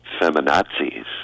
feminazis